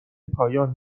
پایان